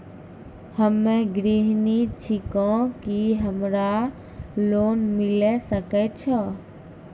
हम्मे गृहिणी छिकौं, की हमरा लोन मिले सकय छै?